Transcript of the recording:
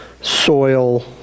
soil